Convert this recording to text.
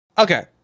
Okay